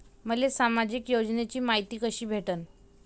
मले सामाजिक योजनेची मायती कशी भेटन?